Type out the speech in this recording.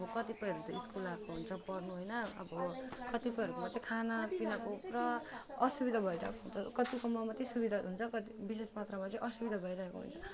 अब कतिपयहरू त स्कुल आएको हुन्छ पढ्नु होइन अब कतिपयहरूकोमा चाहिँ खानापिनाको पुरा असुविधा भएर अन्त कतिकोमा मात्रै सुविधा हुन्छ कति विशेष मात्रामा चाहिँ असुविधा भइरहेको हुन्छ